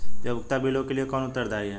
उपयोगिता बिलों के लिए कौन उत्तरदायी है?